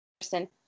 person